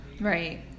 right